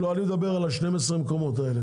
לא, אני מדבר על 12 המקומות האלה.